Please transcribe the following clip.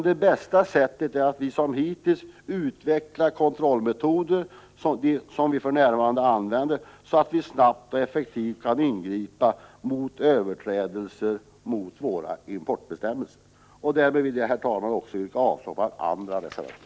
Det bästa sättet är att som hittills utveckla de kontrollmetoder som vi för närvarande använder, så att vi snabbt och effektivt kan ingripa mot överträdelser av våra importbestämmelser. Därmed vill jag, herr talman, yrka avslag också på reservation 2.